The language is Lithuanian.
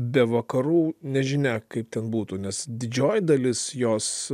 be vakarų nežinia kaip ten būtų nes didžioji dalis jos